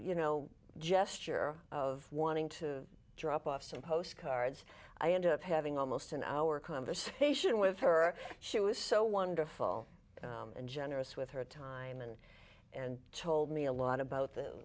you know gesture of wanting to drop off some postcards i ended up having almost an hour conversation with her she was so wonderful and generous with her time and and told me a lot about the